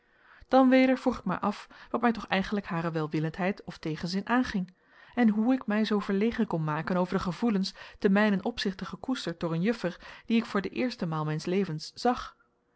dan weder vroeg ik mij af wat mij toch eigenlijk hare welwillendheid of tegenzin aanging en hoe ik mij zoo verlegen kon maken over de gevoelens te mijnen opzichte gekoesterd door een juffer die ik voor de eerste maal mijns levens zag